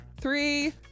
Three